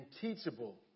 teachable